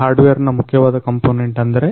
ಹಾರ್ಡ್ವೇರಿನ ಮುಖ್ಯವಾದ ಕಂಪೋನೆಂಟ್ ಅಂದ್ರೆ NodeMCU